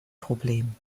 problem